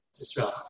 Israel